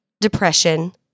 depression